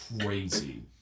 crazy